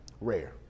Rare